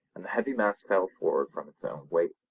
and the heavy mass fell forward from its own weight.